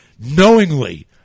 knowingly